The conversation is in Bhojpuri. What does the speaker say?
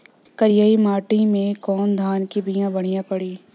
करियाई माटी मे कवन धान के बिया बढ़ियां पड़ी?